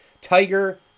Tiger